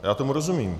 Já tomu rozumím.